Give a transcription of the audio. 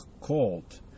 cold